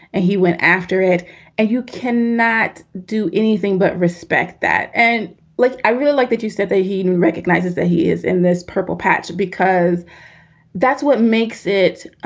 and he went after it. and you can not do anything but respect that. and like. i really like that. you said that he recognizes that he is in this purple patch because that's what makes it